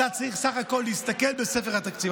אתה צריך בסך הכול להסתכל בספר התקציב.